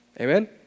Amen